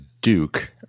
Duke